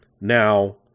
Now